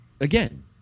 again